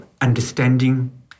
understanding